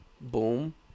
Boom